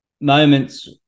moments